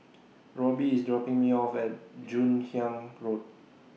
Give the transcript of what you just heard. Robby IS dropping Me off At Joon Hiang Road